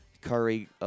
Curry –